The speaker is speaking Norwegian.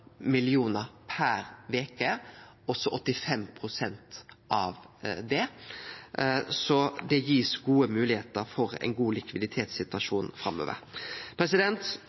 kr per veke, og så 85 pst. av det. Så det blir gitt gode moglegheiter for ein god likviditetssituasjon framover.